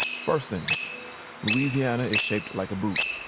first thing louisiana is shaped like a boot.